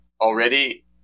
already